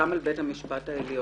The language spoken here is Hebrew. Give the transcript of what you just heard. גם על בית המשפט העליון,